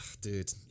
dude